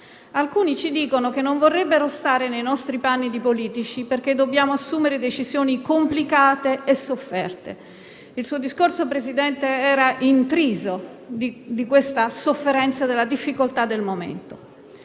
Alcuni ci dicono che non vorrebbero stare nei nostri panni di politici, perché dobbiamo assumere decisioni complicate e sofferte. Il suo discorso, signor Presidente, era intriso della sofferenza relativa alla difficoltà del momento.